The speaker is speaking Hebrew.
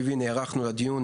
באופן טבעי, נערכנו לדיון